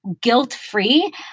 guilt-free